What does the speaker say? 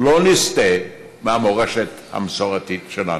לא נסטה מהמורשת המסורתית שלנו.